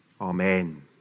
Amen